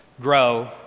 grow